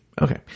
okay